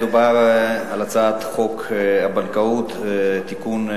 מדובר על הצעת חוק הבנקאות (תיקון,